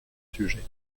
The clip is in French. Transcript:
sujet